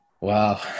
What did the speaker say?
wow